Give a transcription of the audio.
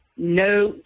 No